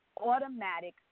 automatic